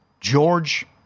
George